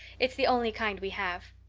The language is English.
it's the only kind we have.